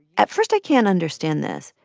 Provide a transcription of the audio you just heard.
at first, i can't understand this.